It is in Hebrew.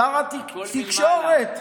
שר התקשורת,